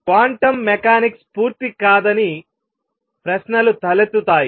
quantum mechanics పూర్తి కాదని ప్రశ్నలు తలెత్తుతాయి